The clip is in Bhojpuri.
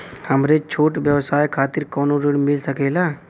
हमरे छोट व्यवसाय खातिर कौनो ऋण मिल सकेला?